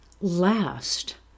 Last